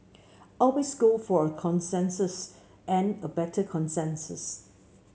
always go for a consensus and a better consensus